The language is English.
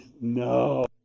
no